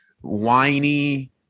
whiny